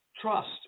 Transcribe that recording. trust